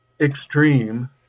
extreme